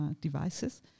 devices